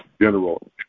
general